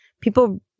people